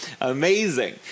Amazing